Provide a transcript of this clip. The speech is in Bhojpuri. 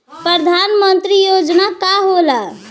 परधान मंतरी योजना का होला?